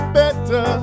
better